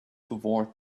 toward